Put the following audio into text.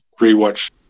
rewatch